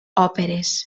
òperes